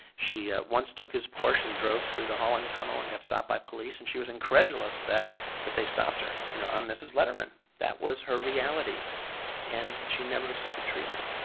she ah once took his porsche and drove through the holland tunnel and got stopped by police and she was incredulous that that they stopped her. you know i'm mrs letterman that was her reality and she never accepted treatment.